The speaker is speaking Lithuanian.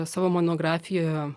savo monografijoje